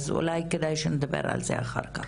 אז אולי כדאי שנדבר על זה אחר-כך.